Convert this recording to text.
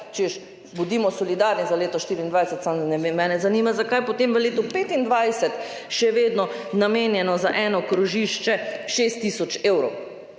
češ, bodimo solidarni za leto 2024, samo ne vem, mene zanima, zakaj je potem v letu 2025 še vedno namenjeno za eno krožišče 6 tisoč evrov.